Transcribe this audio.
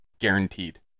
guaranteed